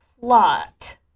plot